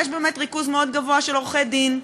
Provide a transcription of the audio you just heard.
יש באמת ריכוז מאוד גבוה של עורכי דין.